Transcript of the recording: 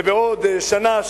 ועוד שנה,